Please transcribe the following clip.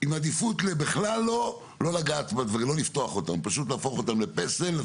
עם עדיפות לבכלל לא; פשוט להפוך אותם לפסל,